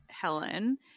Helen